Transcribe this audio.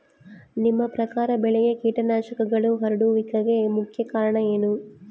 ನಿಮ್ಮ ಪ್ರಕಾರ ಬೆಳೆಗೆ ಕೇಟನಾಶಕಗಳು ಹರಡುವಿಕೆಗೆ ಮುಖ್ಯ ಕಾರಣ ಏನು?